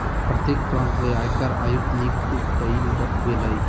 प्रत्येक प्रांत ले आयकर आयुक्त नियुक्त कइल गेलय